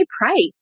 price